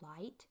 light